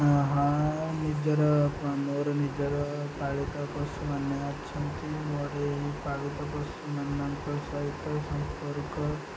ହଁ ନିଜର ମୋର ନିଜର ପାଳିତ ପଶୁମାନେ ଅଛନ୍ତି ମୋର ପାଳିତ ପଶୁମାନଙ୍କର ସହିତ ସମ୍ପର୍କ